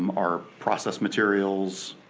um are processed materials,